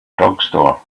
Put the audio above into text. drugstore